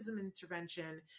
intervention